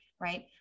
right